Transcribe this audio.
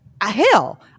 hell